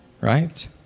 right